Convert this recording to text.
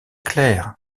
clair